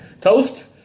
toast